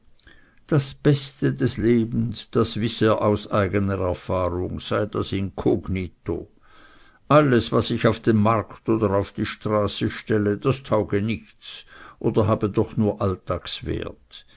das beste des lebens das wiss er aus eigner erfahrung sei das inkognito alles was sich auf den markt oder auf die straße stelle das tauge nichts oder habe doch nur